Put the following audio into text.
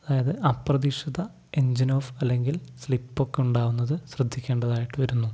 അതായത് അപ്രതീക്ഷിത engine off അല്ലെങ്കിൽ സ്ലിപ്പൊക്കെ ഉണ്ടാവുന്നതു ശ്രദ്ധിക്കേണ്ടതായിട്ടു വരുന്നു